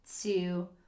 two